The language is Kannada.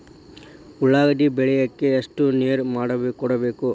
ಉಳ್ಳಾಗಡ್ಡಿ ಬೆಳಿಲಿಕ್ಕೆ ಎಷ್ಟು ನೇರ ಕೊಡಬೇಕು?